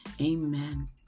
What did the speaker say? Amen